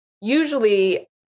usually